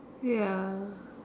ya